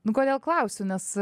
nu kodėl klausiu nes